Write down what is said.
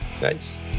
nice